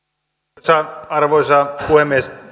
arvoisa arvoisa puhemies